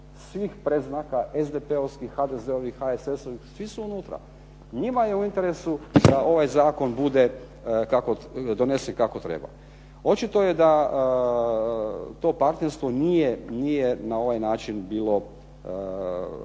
svih predznaka, SDP-ih, HDZ-ih, HSS-ih, svi su unutra. Njima je u interesu da ovaj zakon bude donesen kako treba. Očito je da to partnerstvo nije na ovaj način bilo